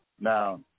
Now